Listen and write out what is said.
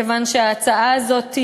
מכיוון שההצעה הזאת,